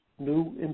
new